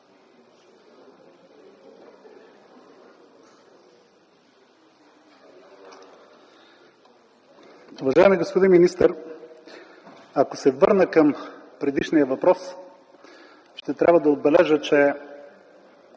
Уважаеми господин министър, ако се върна към предишния въпрос ще трябва да отбележа, че